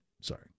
Sorry